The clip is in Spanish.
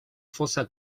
fosa